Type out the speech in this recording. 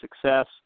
success